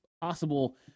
possible